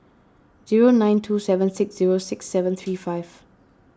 zero nine two seven six zero six seven three five